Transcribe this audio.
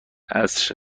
عصر